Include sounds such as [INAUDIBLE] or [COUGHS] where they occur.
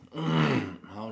[COUGHS]